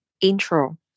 intro